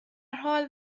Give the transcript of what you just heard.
حال